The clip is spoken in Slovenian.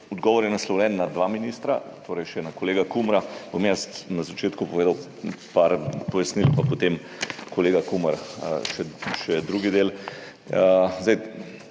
odgovor naslovljen na dva ministra, torej še na kolega Kumra, bom jaz na začetku povedal nekaj pojasnil pa potem kolega Kumer še drugi del.